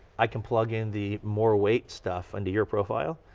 i can plug in the more weight stuff under your profile.